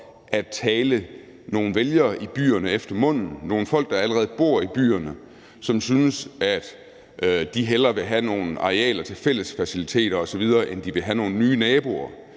at tale nogle vælgere i byerne efter munden – nogle folk, der allerede bor i byerne, som hellere vil have nogle arealer til fælles faciliteter osv., end de vil have nogle nye naboer,